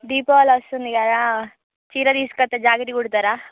దీపావళి వస్తుంది కదా చీర తీసుకొస్తే జాకెట్ కుడతరా